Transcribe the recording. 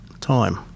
time